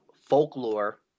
folklore